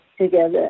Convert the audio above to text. together